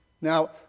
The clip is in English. now